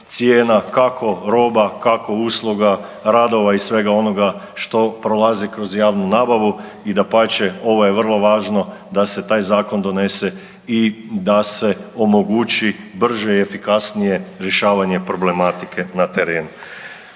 cijena kako roba, kako usluga, radova i svega onoga što prolazi kroz javnu nabavu. I dapače ovo je vrlo važno da se taj zakon donese i da se omogući brže i efikasnije rješavanje problematike na terenu.